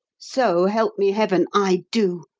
so help me heaven, i do.